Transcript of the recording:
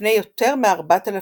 לפני יותר מ-4000 שנה.